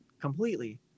completely